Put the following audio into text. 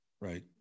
Right